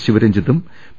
ശിവരഞ്ജിത്തും P